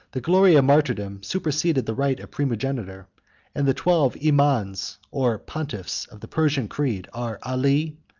the glory of martyrdom superseded the right of primogeniture and the twelve imams, or pontiffs, of the persian creed, are ali,